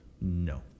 No